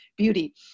beauty